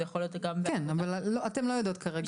זה יכול להיות גם --- כן אבל אתן לא יודעות כרגע.